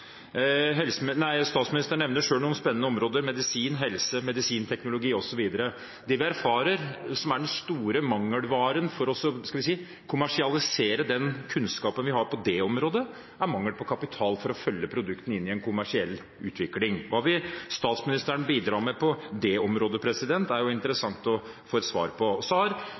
Statsministeren nevner selv noen spennende områder: medisin, helse, medisinteknologi osv. Det vi erfarer, og som er den store mangelvaren for å kommersialisere den kunnskapen vi har på dette området, er mangel på kapital for å følge produktene inn i en kommersiell utvikling. Hva vil statsministeren bidra med på det området? Det er